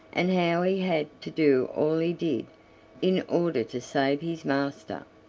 and how he had to do all he did in order to save his master.